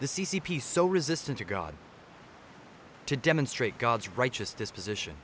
the c c p so resistant to god to demonstrate god's righteousness position